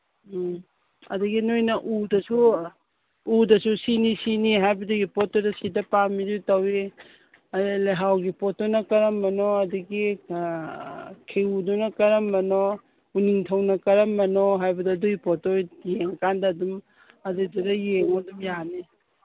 ꯎꯝ ꯑꯗꯒꯤ ꯅꯣꯏꯅ ꯎꯗꯁꯨ ꯎꯗꯁꯨ ꯁꯤꯅꯤ ꯁꯤꯅꯤ ꯍꯥꯏꯕꯗꯨꯒꯤ ꯄꯣꯠꯇꯨꯗ ꯁꯤꯗ ꯄꯥꯝꯃꯤ ꯑꯗꯨ ꯇꯧꯋꯤ ꯑꯗꯒꯤ ꯂꯩꯍꯥꯎꯒꯤ ꯄꯣꯠꯇꯨꯅ ꯀꯔꯝꯕꯅꯣ ꯑꯗꯒꯤ ꯈꯦꯎꯗꯨꯅ ꯀꯔꯝꯕꯅꯣ ꯎꯅꯤꯡꯊꯧꯅ ꯀꯔꯝꯕꯅꯣ ꯍꯥꯏꯕꯗꯣ ꯑꯗꯨꯒꯤ ꯄꯣꯠꯇꯣ ꯌꯦꯡ ꯀꯥꯟꯗ ꯑꯗꯨꯝ ꯑꯗꯨꯗꯨꯗ ꯑꯗꯨꯝ ꯌꯦꯡꯉꯣ ꯌꯥꯅꯤ